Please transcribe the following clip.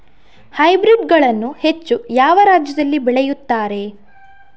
Hybrid ಗಳನ್ನು ಹೆಚ್ಚು ಯಾವ ರಾಜ್ಯದಲ್ಲಿ ಬೆಳೆಯುತ್ತಾರೆ?